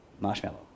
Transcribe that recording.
marshmallow